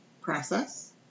process